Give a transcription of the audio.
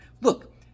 look